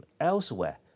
elsewhere